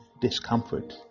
discomfort